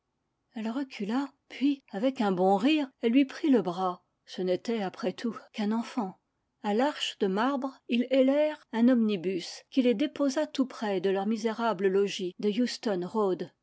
elle recula puis avec un bon rire elle lui prit le bras ce n'était après tout qu'un enfant a l'arche de marbre ils hélèrent un omnibus qui les déposa tout près de leur misérable logis de